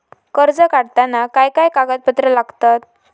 कर्ज काढताना काय काय कागदपत्रा लागतत?